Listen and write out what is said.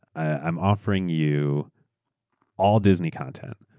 i'm offering you all disney content,